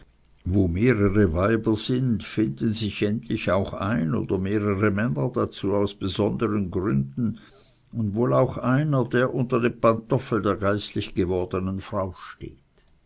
wo mehrere weiber sind finden sich endlich auch ein oder mehrere männer dazu aus besondern gründen und wohl auch einer der unter dem pantoffel der geistlich gewordenen frau steht